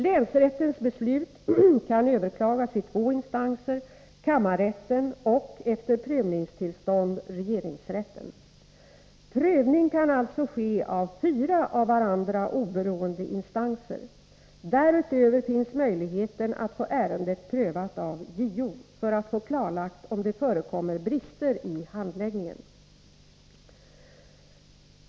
Länsrättens beslut kan överklagas i två instanser, kammarrätten och, efter prövningstillstånd, regeringsrätten. Prövning kan alltså ske av fyra av varandra oberoende instanser. Därutöver finns möjligheten att få ärendet prövat av JO för att få klarlagt om det förekommit brister i handläggningen.